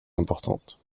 importante